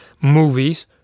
movies